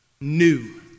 new